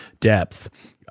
depth